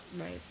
Right